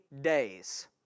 days